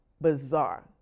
bizarre